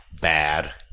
Bad